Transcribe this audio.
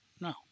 No